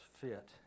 fit